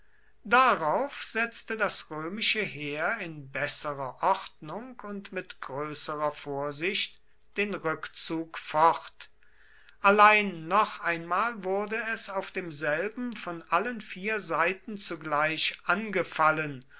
darauf setzte das römische heer in besserer ordnung und mit größerer vorsicht den rückzug fort allein noch einmal wurde es auf demselben von allen vier seiten zugleich angefallen